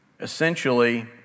Essentially